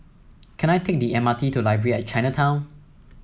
can I take the M R T to Library at Chinatown